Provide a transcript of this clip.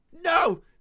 no